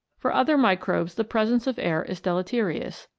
for other microbes the presence of air is deleterious,